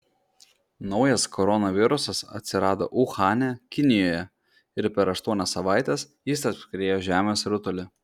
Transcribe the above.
naujas koronavirusas atsirado uhane kinijoje ir per aštuonias savaites jis apskriejo žemės rutulį